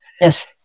Yes